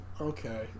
Okay